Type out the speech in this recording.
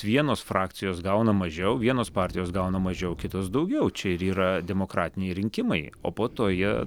vienos frakcijos gauna mažiau vienos partijos gauna mažiau kitos daugiau čia ir yra demokratiniai rinkimai o po to jie